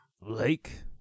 Lake